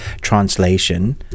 translation